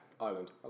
Island